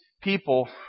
people